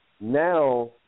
now